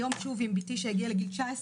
היום שוב עם בתי שהגיעה לגיל 19,